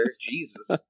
Jesus